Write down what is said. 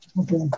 Okay